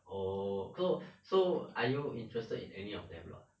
oh so so are you interested in any of them not